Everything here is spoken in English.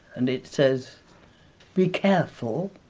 and it says be careful